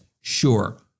Sure